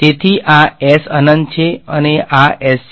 તેથી આ એસ અનંત છે અને આ એસ છે